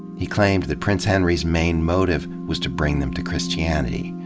he claimed that prince henry's main motive was to bring them to christianity.